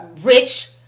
rich